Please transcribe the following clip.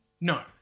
No